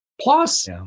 Plus